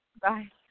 Bye